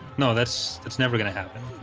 no, that's it's never gonna happen